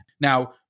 Now